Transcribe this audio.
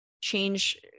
change